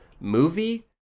movie